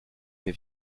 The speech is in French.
mes